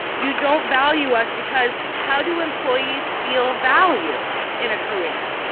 you don't value us because how do employees feel value in a career?